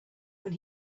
when